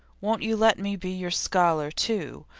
won't you let me be your scholar, too?